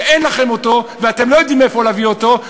שאין לכם אותו ושאתם לא יודעים מאיפה להביא אותו,